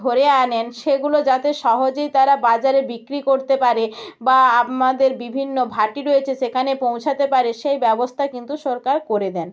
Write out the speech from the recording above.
ধরে আনেন সেগুলো যাতে সহজেই তারা বাজারে বিক্রি করতে পারে বা আমাদের বিভিন্ন ভাটি রয়েছে সেখানে পৌঁছাতে পারে সেই ব্যবস্থা কিন্তু সরকার করে দেন